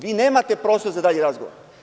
Vi nemate prostor za dalji razgovor.